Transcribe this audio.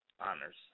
Honors